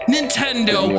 Nintendo